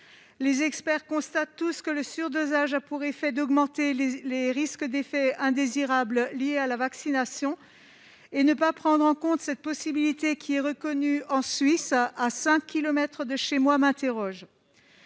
Les experts constatent tous que le surdosage a pour effet d'augmenter les risques d'effets indésirables liés à la vaccination. La non-prise en compte de cette possibilité, qui est reconnue en Suisse, à cinq kilomètres de chez moi, m'interpelle.